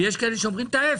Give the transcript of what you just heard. ויש כאלה שאומרים את ההפך,